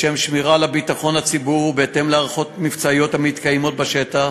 לשם שמירה על ביטחון הציבור ובהתאם להערכות מבצעיות המתקיימות בשטח,